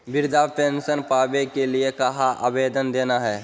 वृद्धा पेंसन पावे के लिए कहा आवेदन देना है?